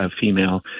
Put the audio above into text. female